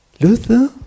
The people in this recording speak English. Luther